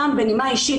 סתם בנימה אישית,